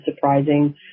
surprising